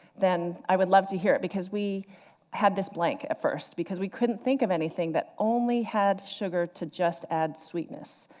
then i would love to hear it, because we had this blank at first. because we couldn't think of anything that only had sugar to just add sweetness.